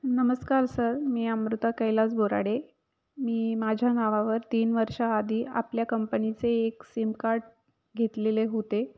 नमस्कार सर मी अमृता कैलास बोराडे मी माझ्या नावावर तीन वर्षाआधी आपल्या कंपनीचे एक सिमकार्ड घेतलेले होते